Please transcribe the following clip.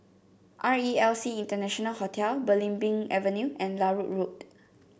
R E L C International Hotel Belimbing Avenue and Larut Road